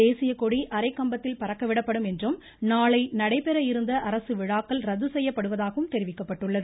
தேசியக்கொடி அரைக்கம்பத்தில் பறக்கவிடப்படும் என்றும் நாளை நடைபெற இருந்த அரசு விழாக்கள் ரத்து செய்யப்படுவதாகவும் தெரிவிக்கப்பட்டுள்ளது